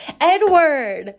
Edward